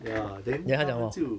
ya then 他们就